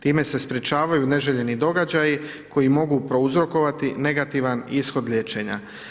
Time se sprječavaju neželjeni događaji koji mogu prouzrokovati negativan ishod liječenja.